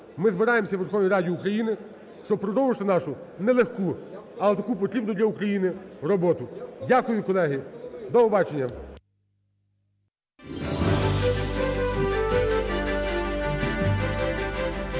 ми збираємося у Верховній Раді України, щоб продовжити нашу не легку, але таку потрібну для України роботу. Дякую, колеги. До побачення.